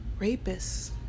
rapists